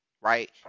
right